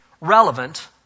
relevant